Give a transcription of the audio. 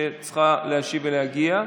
שצריכה להשיב, להגיע,